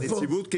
אבל הנציבות,